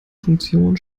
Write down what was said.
funktion